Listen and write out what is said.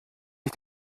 ich